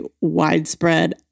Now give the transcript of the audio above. widespread